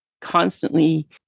constantly